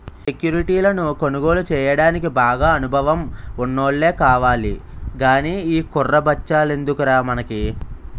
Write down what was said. సెక్యురిటీలను కొనుగోలు చెయ్యడానికి బాగా అనుభవం ఉన్నోల్లే కావాలి గానీ ఈ కుర్ర బచ్చాలెందుకురా మనకి